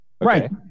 Right